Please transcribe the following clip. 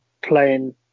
Playing